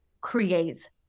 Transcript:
creates